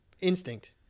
Instinct